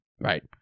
right